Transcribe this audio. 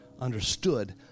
understood